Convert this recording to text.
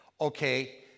Okay